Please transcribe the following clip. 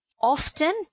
Often